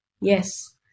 Yes